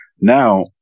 Now